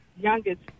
youngest